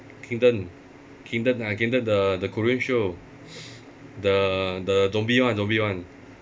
kingdom kingdom ah kingdom the the korean show the the zombie one zombie one